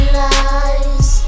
lies